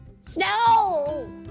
Snow